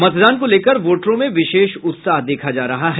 मतदान को लेकर वोटरों में विशेष उत्साह देखा जा रहा है